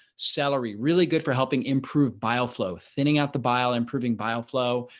celery really good for helping improve bile flow, thinning out the bile improving bile flow.